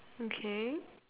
okay